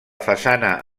façana